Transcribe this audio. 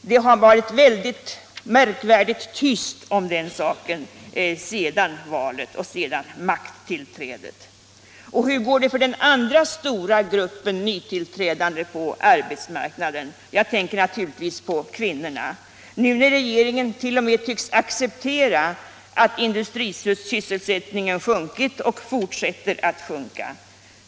Det har varit märkvärdigt tyst om den saken efter valet och makttillträdet. Och hur går det för den ena stora gruppen nytillträdande på arbetsmarknaden -— jag tänker naturligtvis på kvinnorna — när nu regeringen t.o.m. tycks acceptera att industrisysselsättningen sjunkit och fortsätter att sjunka?